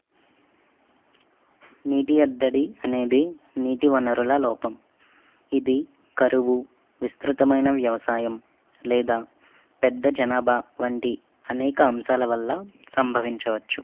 నీటి ఎద్దడి అనేది నీటి వనరుల లోపం ఇది కరువు విస్తృతమైన వ్యవసాయం లేదా పెద్ద జనాభా వంటి అనేక అంశాల వల్ల సంభవించవచ్చు